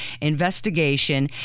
investigation